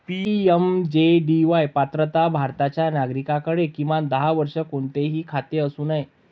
PMJDY पात्रता भारताच्या नागरिकाकडे, किमान दहा वर्षे, कोणतेही खाते असू नये